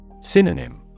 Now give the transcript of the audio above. Synonym